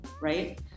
right